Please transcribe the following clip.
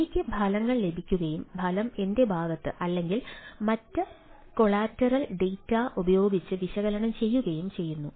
എനിക്ക് ഫലങ്ങൾ ലഭിക്കുകയും ഫലം എന്റെ ഭാഗത്ത് അല്ലെങ്കിൽ മറ്റ് കൊളാറ്ററൽ ഡാറ്റ ഉപയോഗിച്ച് വിശകലനം ചെയ്യുകയും ചെയ്യുന്നു